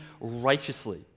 righteously